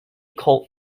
cult